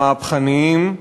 המהפכניים,